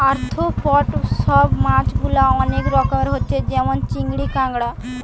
arthropod সব মাছ গুলা অনেক রকমের হচ্ছে যেমন চিংড়ি, কাঁকড়া